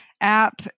app